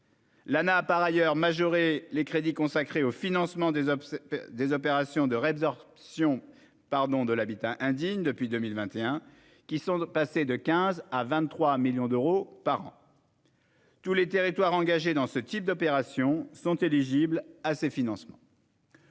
L'Anah a par ailleurs majoré depuis 2021 les crédits consacrés au financement des opérations de résorption de l'habitat indigne : ils sont passés de 15 millions d'euros à 23 millions par an. Tous les territoires engagés dans ce type d'opérations sont éligibles à ces financements.